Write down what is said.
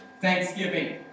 thanksgiving